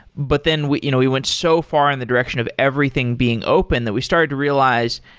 but then we you know we went so far in the direction of everything being open that we started to realize,